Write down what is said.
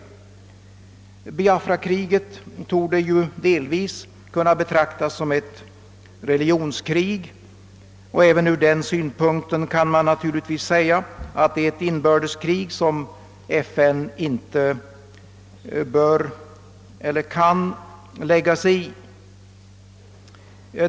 Biafrakriget torde delvis kunna betraktas som ett religionskrig, och även ur den synpunkten kan man naturligtvis säga att det är ett inbördeskrig som FN inte bör lägga sig i.